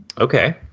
Okay